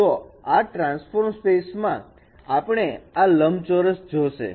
તો આ transform space માં આપણે આ લંબચોરસ જોશે